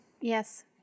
Yes